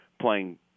playing